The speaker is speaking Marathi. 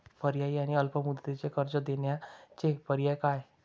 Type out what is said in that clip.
पर्यायी आणि अल्प मुदतीचे कर्ज देण्याचे पर्याय काय?